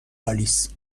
آلیس